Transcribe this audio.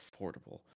affordable